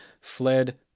fled